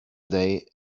day